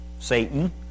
satan